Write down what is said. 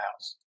house